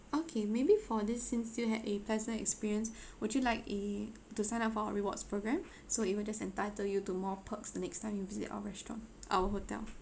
okay maybe for this since you had a pleasant experience would you like eh to sign up for our rewards program so it will just entitle you to more perks the next time you visit our restaurant our hotel